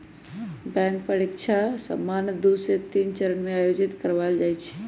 bank परीकछा सामान्य दू से तीन चरण में आयोजित करबायल जाइ छइ